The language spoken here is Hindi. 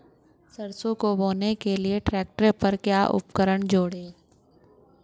सरसों को बोने के लिये ट्रैक्टर पर क्या उपकरण जोड़ें?